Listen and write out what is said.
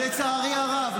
לצערי הרב,